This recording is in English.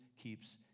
keeps